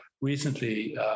recently